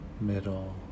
middle